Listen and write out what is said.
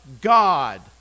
God